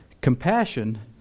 Compassion